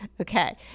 Okay